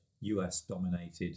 US-dominated